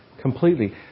completely